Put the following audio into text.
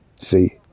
See